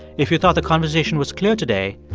if you thought the conversation was clear today,